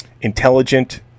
intelligent